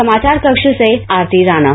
समाचार कक्ष से आरती राना